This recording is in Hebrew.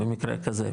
במקרה כזה,